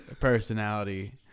personality